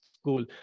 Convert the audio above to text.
school